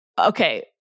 Okay